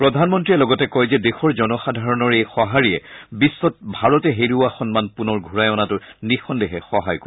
প্ৰধানমন্ত্ৰীয়ে লগতে কয় যে দেশৰ জনসাধাৰণৰ এই সহাৰিয়ে বিশ্বত ভাৰতে হেৰুওৱা সন্মান পুনৰ ঘূৰাই অনাত নিঃসন্দেহে সহায় কৰিব